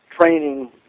training